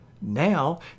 Now